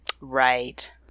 Right